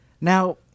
Now